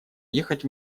ехать